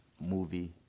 movie